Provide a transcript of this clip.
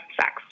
sex